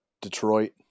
Detroit